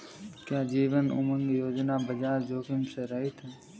क्या जीवन उमंग योजना बाजार जोखिम से रहित है?